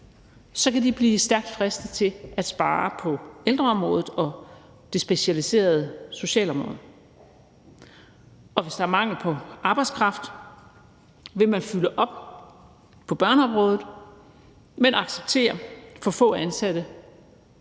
så kan den blive stærkt fristet til at spare på ældreområdet og det specialiserede socialområde. Og hvis der er mangel på arbejdskraft, vil man fylde op på børneområdet, men acceptere for få ansatte